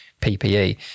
PPE